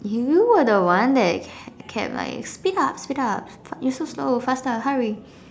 you were the one that kept like speed up speed up you're so slow faster hurry